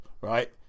right